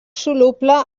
soluble